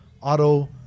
auto